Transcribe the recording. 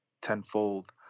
tenfold